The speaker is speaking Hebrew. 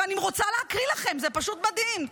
אני רוצה להקריא לכם, זה פשוט מדהים.